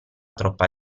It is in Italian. troppa